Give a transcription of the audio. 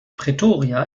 pretoria